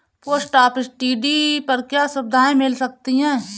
Post office TD पर क्या सुविधाएँ मिल सकती है?